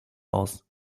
aus